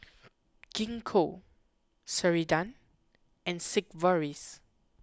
Gingko Ceradan and Sigvaris